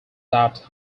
that